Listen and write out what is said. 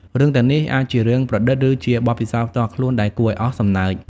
រឿងទាំងនេះអាចជារឿងប្រឌិត ឬជាបទពិសោធន៍ផ្ទាល់ខ្លួនដែលគួរឱ្យអស់សំណើច។